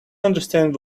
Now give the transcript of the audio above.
understand